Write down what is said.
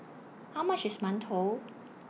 How much IS mantou